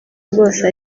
bwose